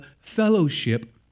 fellowship